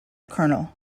kernel